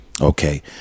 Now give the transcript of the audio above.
Okay